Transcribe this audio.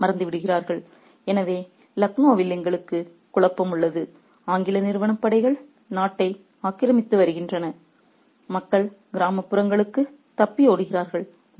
refer slide time 3032 எனவே லக்னோவில் எங்களுக்கு குழப்பம் உள்ளது ஆங்கில நிறுவன படைகள் நாட்டை ஆக்கிரமித்து வருகின்றன மக்கள் கிராமப்புறங்களுக்கு தப்பி ஓடுகிறார்கள்